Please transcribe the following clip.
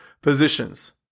positions